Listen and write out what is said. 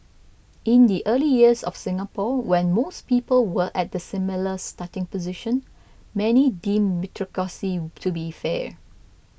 in the early years of Singapore when most people were at similar starting positions many deemed meritocracy to be fair